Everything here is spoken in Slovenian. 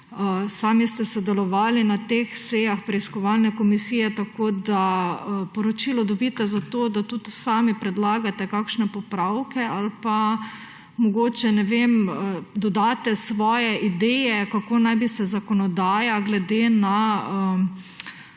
sami ste sodelovali na teh sejah preiskovalne komisije, tako da poročilo dobite zato, da tudi sami predlagate kakšne popravke ali pa mogoče, ne vem, dodate svoje ideje, kako naj bi se zakonodaja glede na